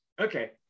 Okay